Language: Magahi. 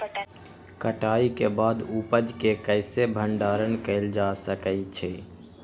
कटाई के बाद उपज के कईसे भंडारण कएल जा सकई छी?